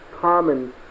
common